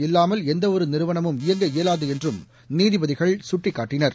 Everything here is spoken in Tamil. இல்லாமல் எந்தவொருநிறுவனமும் இயங்க தொழிலாளர்கள் இயலாதுஎன்றும் நீதிபதிகள் சுட்டிக்காட்டினர்